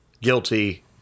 guilty